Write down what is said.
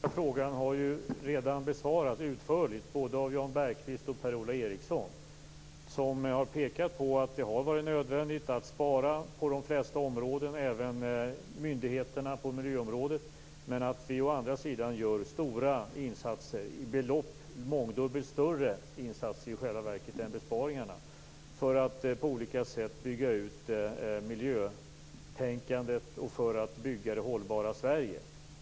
Herr talman! Den sista frågan har redan besvarats utförligt, både av Jan Bergqvist och Per-Ola Eriksson. De har pekat på att det har varit nödvändigt att spara på de flesta områden, även när det gällt myndigheterna på miljöområdet, men att vi gör stora insatser i belopp. Det görs i själva verket mångdubbelt större insatser än besparingar för att på olika sätt bygga ut miljötänkandet och för att bygga det hållbara Sverige.